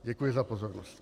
Děkuji za pozornost.